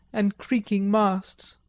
and creaking masts.